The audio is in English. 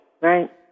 Right